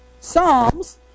Psalms